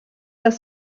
das